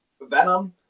Venom